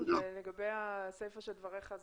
לגבי הסיפה של דבריך,